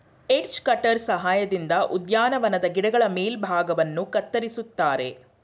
edge cutter ಸಹಾಯದಿಂದ ಉದ್ಯಾನವನದ ಗಿಡಗಳ ಮೇಲ್ಭಾಗವನ್ನು ಕತ್ತರಿಸುತ್ತಾರೆ